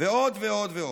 ועוד ועוד ועוד.